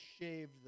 shaved